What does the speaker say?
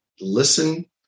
listen